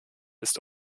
ist